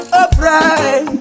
upright